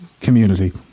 Community